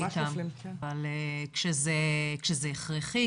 אבל כשזה הכרחי,